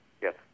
Yes